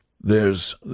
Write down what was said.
There's